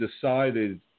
decided